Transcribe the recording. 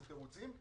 זה תירוצים.